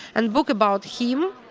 and book about him,